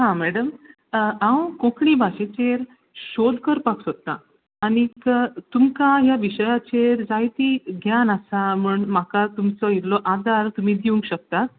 हां मॅडम हांव कोंकणी भाशेचेर शोद करपाक सोदतां आनीक तुमका ह्या विशयाचेर जायती ज्ञान आसा म्हण म्हाका तुमचो इल्लो आधार तुमी दिवंक शकता